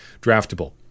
draftable